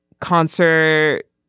concert